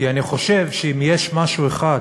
כי אני חושב שאם יש משהו אחד